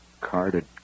carded